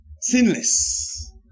sinless